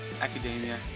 academia